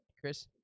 Chris